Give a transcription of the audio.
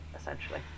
essentially